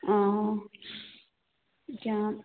অঁ এতিয়া